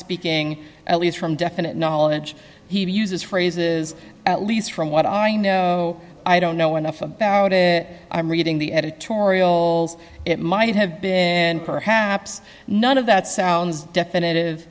speaking at least from definite knowledge he uses phrases at least from what i know i don't know enough about it i'm reading the editorials it might have been and perhaps none of that sounds definit